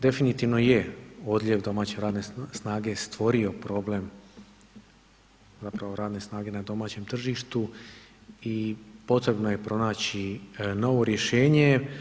Definitivno je odljev domaće radne snage stvorio problem, zapravo radne snage na domaćem tržištu i potrebno je pronaći novi rješenje.